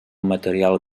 material